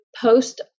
post